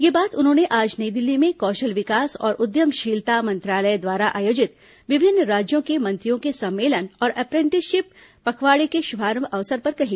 यह बात उन्होंने आज नई दिल्ली में कौशल विकास और उद्यमशीलता मंत्रालय द्वारा आयोजित विभिन्न राज्यों के मंत्रियों के सम्मेलन और अप्रेंटिसशिप पखवाड़े के शुभारंभ अवसर पर कही